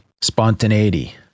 spontaneity